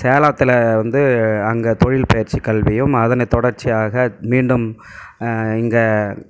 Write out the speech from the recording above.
சேலத்தில் வந்து அங்கே தொழில் பயிற்சி கல்வியும் அதனை தொடர்ச்சியாக மீண்டும் இங்கே